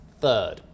third